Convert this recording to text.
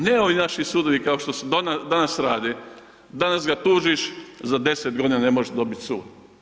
Ne ovi naši sudovi kao što su danas rade, danas ga tužiš, za 10 godina ne možeš dobiti sud.